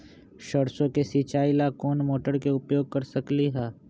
सरसों के सिचाई ला कोंन मोटर के उपयोग कर सकली ह?